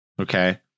Okay